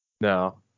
No